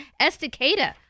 Estacada